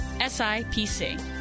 SIPC